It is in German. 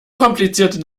komplizierte